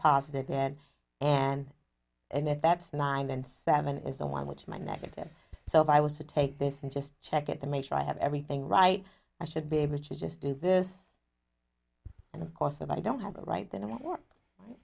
positive head and and that's nine and seven is the one which my negative so if i was to take this and just check it to make sure i have everything right i should be able to just do this and of course i don't have a right th